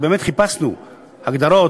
שבאמת חיפשנו הגדרות,